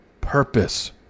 purpose